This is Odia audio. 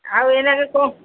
ଆଉ ଏଇନାକେ କ'ଣ